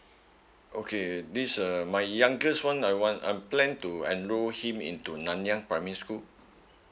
okay this uh my youngest one I want I'm plan to enroll him into nanyang primary school